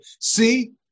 See